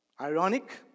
ironic